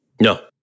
No